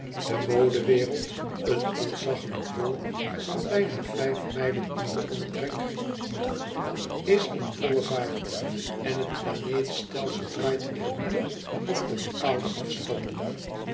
de modewereld een ontzaglijke bol van bijna vijf mijlen in den omtrek is in volle vaart en het planeetstelsel draait eerbiedig op de bepaalde afstanden